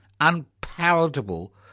Unpalatable